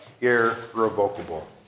irrevocable